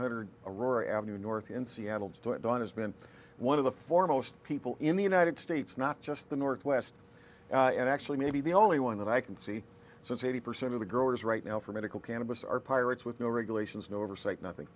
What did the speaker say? aurora avenue north in seattle to don has been one of the foremost people in the united states not just the northwest and actually maybe the only one that i can see since eighty percent of the growers right now for medical cannabis are pirates with no regulations no oversight